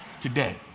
today